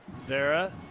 Vera